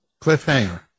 cliffhanger